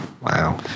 Wow